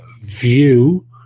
View